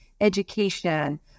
education